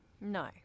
No